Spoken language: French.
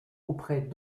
auprès